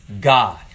God